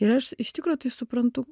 ir aš iš tikro tai suprantu